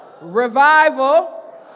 Revival